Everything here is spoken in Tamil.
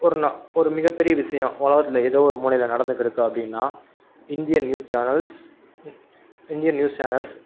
ஒரு நாள் ஒரு மிகப் பெரிய விஷயம் உலகத்துல ஏதோ ஒரு மூலையில் நடந்துக்கிட்ருக்கு அப்படின்னா இந்தியன் நியூஸ் சேனல்ஸ் இ இந்தியன் நியூஸ் சேனல்ஸ்